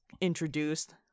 introduced